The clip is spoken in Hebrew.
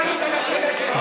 לא ענית על השאלה שלי.